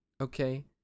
okay